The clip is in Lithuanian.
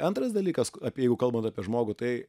antras dalykas apie jau kalbant apie žmogų tai